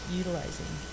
utilizing